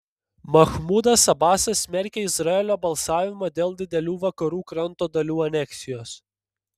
machmudas abasas smerkia izraelio balsavimą dėl didelių vakarų kranto dalių aneksijos